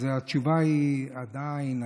אז התשובה היא עדיין,